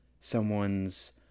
someone's